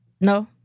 no